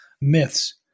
myths